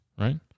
right